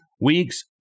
weeks